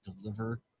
deliver